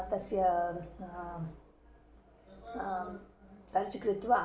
तस्य सर्च् कृत्वा